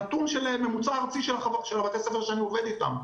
זה נתון של ממוצע ארצי של בתי הספר שאני עובד איתם.